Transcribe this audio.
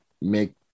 make